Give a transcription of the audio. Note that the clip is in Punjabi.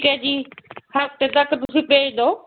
ਠੀਕ ਹੈ ਜੀ ਹਫ਼ਤੇ ਤੱਕ ਤੁਸੀਂ ਭੇਜ ਦਓ